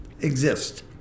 exist